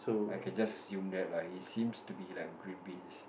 I can just assume that lah he seems to be like green beans